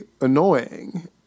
annoying